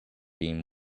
beam